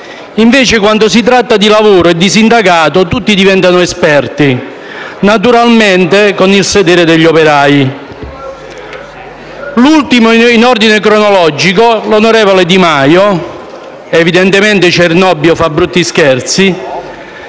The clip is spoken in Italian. Invece, quando si tratta di lavoro e di sindacato tutti diventano esperti, naturalmente con il sedere degli operai. L'ultimo in ordine cronologico, l'onorevole Di Maio (evidentemente Cernobbio fa brutti scherzi)